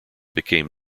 became